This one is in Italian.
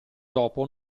dopo